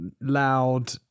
loud